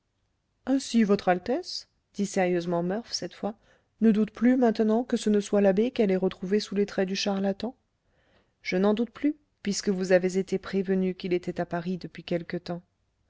ainsi votre altesse dit sérieusement murph cette fois ne doute plus maintenant que ce ne soit l'abbé qu'elle ait retrouvé sous les traits du charlatan je n'en doute plus puisque vous avez été prévenu qu'il était à paris depuis quelque temps